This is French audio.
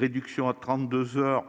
réduire le temps